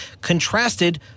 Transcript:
contrasted